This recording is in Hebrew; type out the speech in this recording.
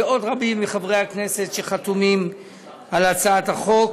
ועוד רבים מחברי הכנסת חתומים על הצעת החוק.